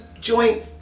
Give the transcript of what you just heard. joint